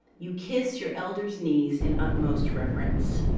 you kiss your elder's knees in utmost reverence.